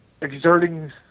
exerting